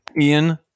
Ian